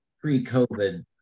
pre-COVID